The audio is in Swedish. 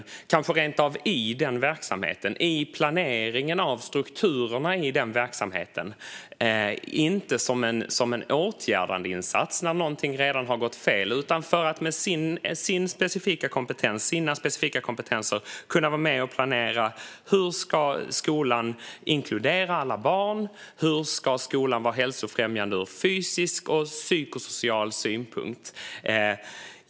Kanske behöver elevhälsan rent av finnas i den verksamheten och vara med i planeringen av strukturerna i den verksamheten - inte som en åtgärdandeinsats när någonting redan har gått fel utan för att med sina specifika kompetenser kunna vara med och planera hur skolan ska inkludera alla barn och hur skolan ska vara hälsofrämjande ur fysisk och psykosocial synpunkt.